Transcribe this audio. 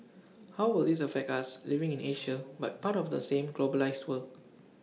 how will this affect us living in Asia but part of the same globalised world